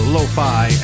Lo-Fi